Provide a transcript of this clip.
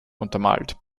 untermalt